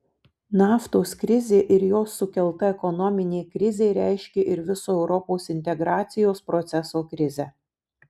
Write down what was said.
naftos krizė ir jos sukelta ekonominė krizė reiškė ir viso europos integracijos proceso krizę